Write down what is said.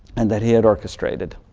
and that he had orchestrated.